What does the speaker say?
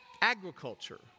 Agriculture